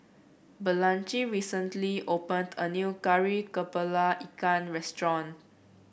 Blanchie recently opened a new Kari kepala Ikan restaurant